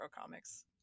comics